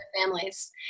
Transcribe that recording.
families